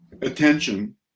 attention